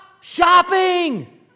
shopping